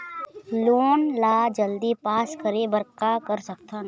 Loan ला जल्दी pass करे बर का कर सकथन?